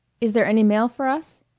is there any mail for us?